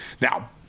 Now